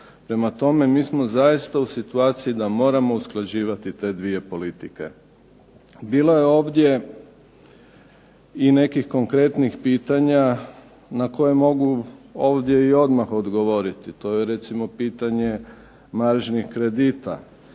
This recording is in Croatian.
Prema tome, mi smo zaista u situaciji da moramo usklađivati te dvije politike. Bilo je ovdje i nekih konkretnih pitanja na koje mogu ovdje i odmah odgovoriti. To je recimo pitanje maržnih kredita.